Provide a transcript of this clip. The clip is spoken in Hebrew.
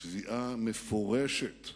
תביעה מפורשת,